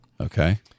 Okay